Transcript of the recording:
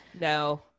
no